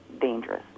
dangerous